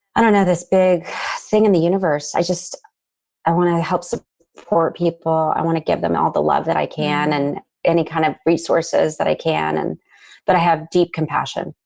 i don't know this big thing in the universe. i just i want to help some poor people. i want to give them all the love that i can and any kind of resources that i can. and but i have deep compassion,